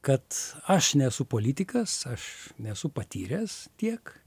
kad aš nesu politikas aš nesu patyręs tiek